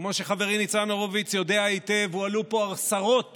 כמו שחברי ניצן הורוביץ יודע היטב, הועלו פה עשרות